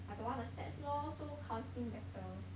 I don't want the stats lor so counselling better